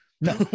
no